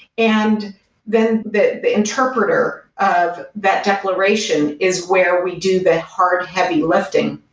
and then the the interpreter of that declaration is where we do the hard, heavy lifting.